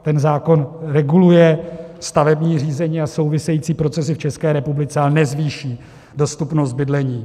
Ten zákon reguluje stavební řízení a související procesy v České republice, ale nezvýší dostupnost bydlení.